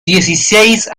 dieciséis